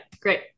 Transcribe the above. great